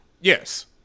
Yes